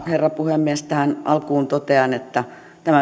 herra puhemies tähän alkuun totean että